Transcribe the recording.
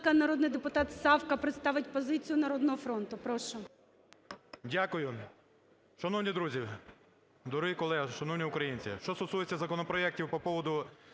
Дякую